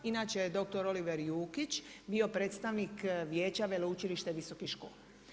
Inače dr. Oliver Jukić je bio predstavnik Vijeća veleučilišta visokih škola.